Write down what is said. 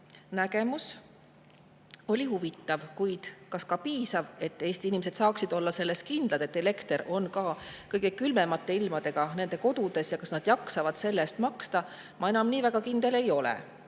nägemus oli huvitav. Kuid kas ka piisav? Kas Eesti inimesed saavad olla kindlad, et elekter on ka kõige külmemate ilmadega nende kodudes olemas, ja kas nad jaksavad selle eest maksta? Selles ma enam nii väga kindel ei ole.